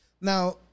Now